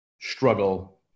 struggle